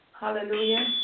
Hallelujah